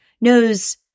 knows